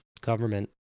government